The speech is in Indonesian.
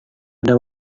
ada